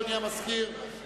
אדוני המזכיר,